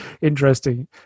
interesting